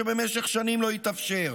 שבמשך שנים לא התאפשר,